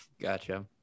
gotcha